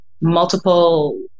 multiple